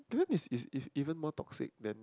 is is is even more toxic than